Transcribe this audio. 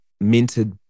minted